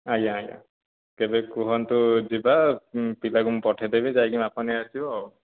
ଆଜ୍ଞା ଆଜ୍ଞା କେବେ କୁହନ୍ତୁ ଯିବା ପିଲାକୁ ମୁଁ ପଠାଇଦେବି ଯାଇକି ମାପ ନେଇ ଆସିବ ଆଉ